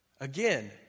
Again